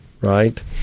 right